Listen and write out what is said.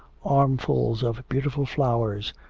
armfuls of beautiful flowers,